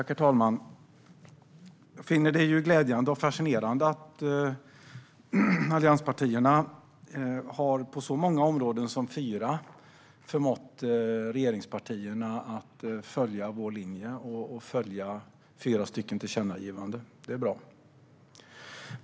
Herr talman! Jag finner det glädjande och fascinerande att allianspartierna på så många som fyra områden har förmått regeringspartierna att följa vår linje och medverka till fyra tillkännagivanden. Det är bra.